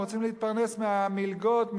הם רוצים להתפרנס מהמלגות,